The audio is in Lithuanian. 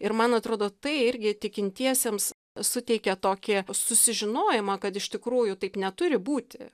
ir man atrodo tai irgi tikintiesiems suteikė tokį susižinojimą kad iš tikrųjų taip neturi būti